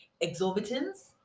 exorbitance